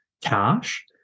cash